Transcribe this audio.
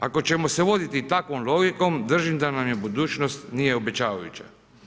Ako ćemo se voditi takvom logikom, držim da nam budućnost nije obećavajuća.